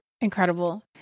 Incredible